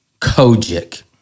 Kojic